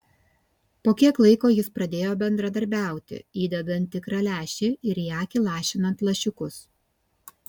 po kiek laiko jis pradėjo bendradarbiauti įdedant tikrą lęšį ir į akį lašinant lašiukus